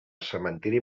cementiri